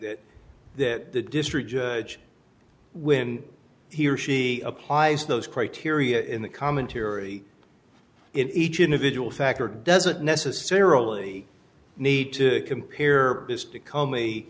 that the district judge when he or she applies those criteria in the commentary in each individual factor doesn't necessarily need to compare